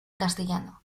castellano